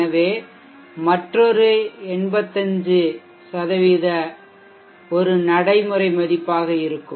எனவே மற்றொரு 85 சதவீதம் ஒரு நடைமுறை மதிப்பாக இருக்கும்